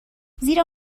زیرا